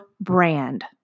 brand